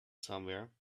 somewhere